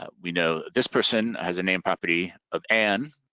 ah we know this person has a name property of ann.